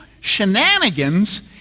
shenanigans